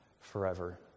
forever